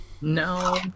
No